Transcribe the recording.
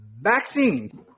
vaccine